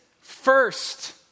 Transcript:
first